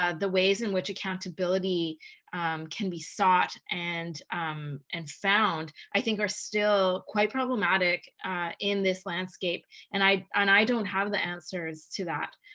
ah the ways in which accountability can be sought and and found, i think, are still quite problematic in this landscape. and i and i don't have the answers to that.